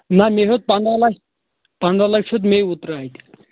نہ مےٚ ہیوٚت پنٛداہَے لَچھِ پنٛداہ لَچھِ ہیوٚت میےٚ اوٗترٕ اَتہِ